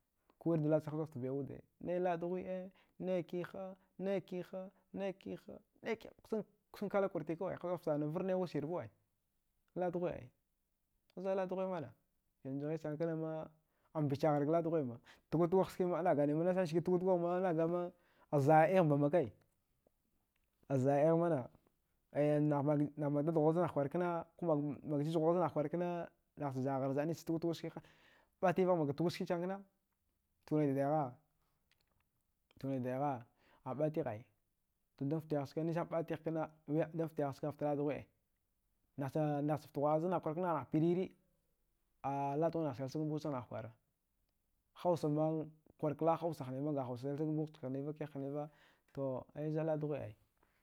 Kuwirda laɗchan hazz gwadjgaft bai wude, nai laɗ dughuɗe nai kiha, nai kiha, nai kiha, naikiha kusan kala kwartikawe hazz gwadjgaft ana varrnai wudsir bawe laɗ dughuɗe ai zɗa laɗ dughuɗe mana yanzu ghighsana kanama ambichaghghar ga laɗdughuɗe ma tugwatgwah skima inaganima nasanch ski tguwatgwaghma anagama aza. a igh mbafakai aza. a igh mana aya nahmaɗ dadhuwa zannah kwar kana ko maɗga jijghuwa sannahkwa kna nahcha za. aghgharzaɗ nichtskich tgwa skiha bativaghmga tgwaski sana kna tugni daidayagha, tugni daidayagha, a ɓatigh ani to dan ftawiyah ska nisani ɓatighkna dan ftawiyahska fta laɗ dughuɗe nahcha nahcha fta ghwa. a zannacha kwar kna nah piriri a laɗ dughuɗe nah selsag mbuchagh nakwara hausa ma kwarka laɗ hausa ma nga hausa selsag mbuchka hniva, kiha hniva toai zɗa laɗ dughude ai.